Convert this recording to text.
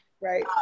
Right